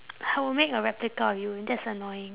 I would make a replica of you that's annoying